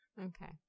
Okay